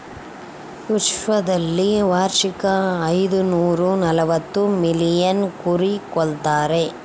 ವಿಶ್ವದಲ್ಲಿ ವಾರ್ಷಿಕ ಐದುನೂರನಲವತ್ತು ಮಿಲಿಯನ್ ಕುರಿ ಕೊಲ್ತಾರೆ